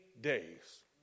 days